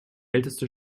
älteste